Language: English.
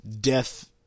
death